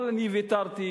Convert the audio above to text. אבל ויתרתי,